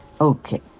Okay